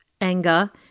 anger